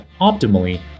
optimally